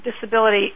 disability